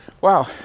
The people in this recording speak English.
wow